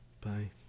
bye